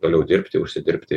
toliau dirbti užsidirbti